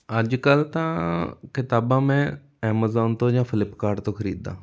ਅੱਜ ਕੱਲ੍ਹ ਤਾਂ ਕਿਤਾਬਾਂ ਮੈਂ ਐਮਾਜ਼ੋਨ ਤੋਂ ਜਾਂ ਫਲਿੱਪਕਾਰਟ ਤੋਂ ਖਰੀਦਦਾਂ